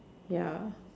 ya